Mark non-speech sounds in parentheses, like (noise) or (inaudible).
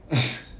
(laughs)